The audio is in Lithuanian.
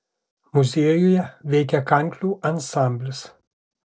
muziejuje veikia kanklių ansamblis